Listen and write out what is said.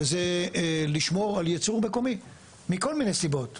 וזה לשמור על ייצור מקומי מכל מיני סיבות,